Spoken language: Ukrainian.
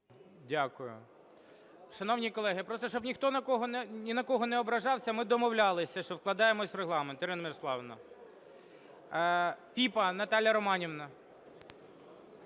Дякую. Шановні колеги, просто, щоб ніхто ні на кого не ображався, ми домовлялися, що вкладаємося в Регламент.